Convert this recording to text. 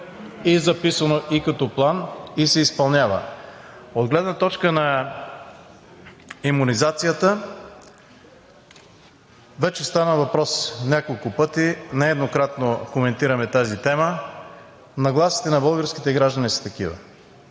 е записано и като план и се изпълнява. От гледна точка на имунизацията вече стана въпрос, няколко пъти, нееднократно коментираме тази тема – нагласите на българските граждани са такива.